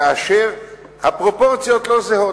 כאשר הפרופורציות לא זהות?